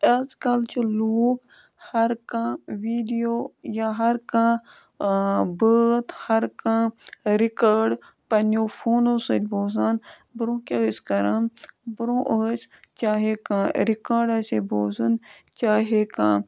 آز کَل چھِ لوٗکھ ہَر کانٛہہ ویٖڈیو یا ہَر کانٛہہ بٲتھ ہَر کانٛہہ رِکاڈ پنٛنیو فونو سۭتۍ بوزان برونٛہہ کیٛاہ ٲسۍ کَران برونٛہہ ٲسۍ چاہے کانٛہہ رِکاڈ آسہ ہے بوزُن چاہے کانٛہہ